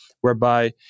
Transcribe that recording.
whereby